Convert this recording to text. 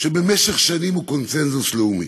שבמשך שנים הוא קונסנזוס לאומי.